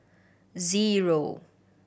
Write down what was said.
zero